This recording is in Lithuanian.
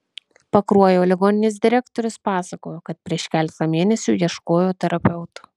pakruojo ligoninės direktorius pasakojo kad prieš keletą mėnesių ieškojo terapeuto